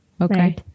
okay